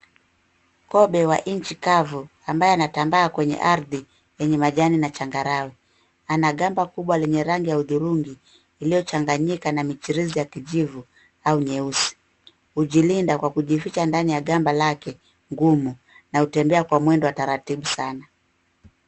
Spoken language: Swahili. kobe wa nchi kavu ambaye anatambaa kwenye ardhi enye majani na changarawe. Ana gamba kubwa lenye ranngi ya hudhurungi iliyochanganyika na michirizi ya kijivu au nyeusi. Hujilinda kwa kujificha ndani ya gamba lake ngumu na hutembea kwa mwendo wa taratibu sana.